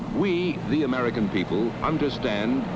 we the american people understand